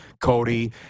Cody